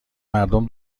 مردم